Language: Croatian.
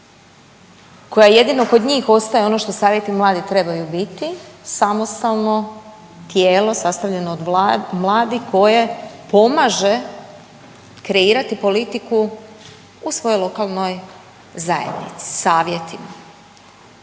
koja jedino kod njih ostaje ono što savjeti trebaju biti samostalno tijelo sastavljeno od mladih koje pomaže kreirati politiku u svojoj lokalnoj zajednici savjetima.